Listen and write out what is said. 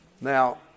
Now